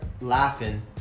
laughing